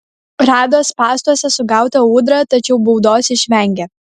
rado spąstuose sugautą ūdrą tačiau baudos išvengė